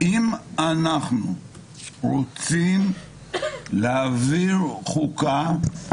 אם אנחנו רוצים להעביר חוקה,